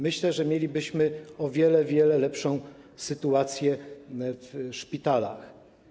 Myślę, że mielibyśmy o wiele lepszą sytuację w szpitalach.